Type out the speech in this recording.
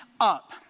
up